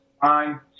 Fine